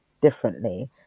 differently